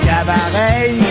Cabaret